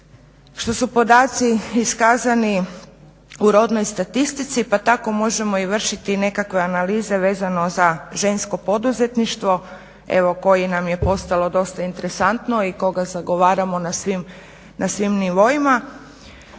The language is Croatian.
što su podaci iskazani u rodnoj statistici, pa tako možemo i vršiti i nekakve analize vezano za žensko poduzetništvo evo koji nam je postalo dosta interesantno i koga zagovaramo na svim nivoima.